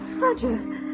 Roger